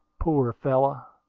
poor fellow!